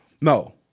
No